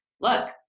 look